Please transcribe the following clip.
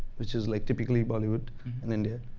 which is like, typically bollywood in india.